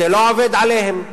זה לא עובד עליהם.